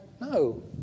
No